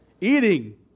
Eating